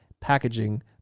packaging